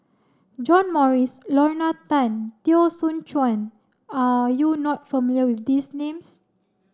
John Morrice Lorna Tan Teo Soon Chuan are you not familiar with these names